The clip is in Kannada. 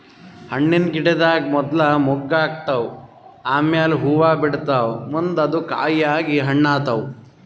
ಹಣ್ಣಿನ್ ಗಿಡದಾಗ್ ಮೊದ್ಲ ಮೊಗ್ಗ್ ಆತವ್ ಆಮ್ಯಾಲ್ ಹೂವಾ ಬಿಡ್ತಾವ್ ಮುಂದ್ ಅದು ಕಾಯಿ ಆಗಿ ಹಣ್ಣ್ ಆತವ್